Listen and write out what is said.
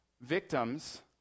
victims